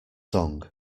song